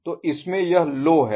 तो इसमें यह लो है